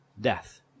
Death